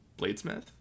bladesmith